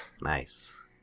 Nice